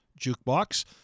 jukebox